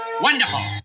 wonderful